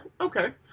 Okay